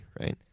right